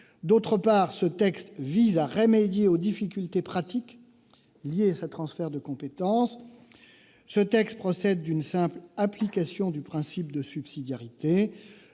D'autre part, ce texte vise à remédier aux difficultés pratiques liées à ce transfert de compétences. Il procède d'une simple application du principe de subsidiarité,